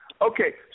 okay